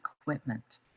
equipment